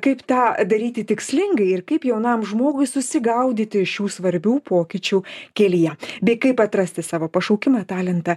kaip tą daryti tikslingai ir kaip jaunam žmogui susigaudyti šių svarbių pokyčių kelyje bei kaip atrasti savo pašaukimą talentą